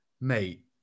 mate